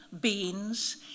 beans